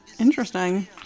interesting